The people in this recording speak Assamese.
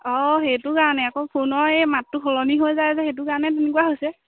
অঁ সেইটো কাৰণে আকৌ ফোনৰ এই মাতটো সলনি হৈ যায় যে সেইটো কাৰণে তেনেকুৱা হৈছে